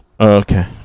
Okay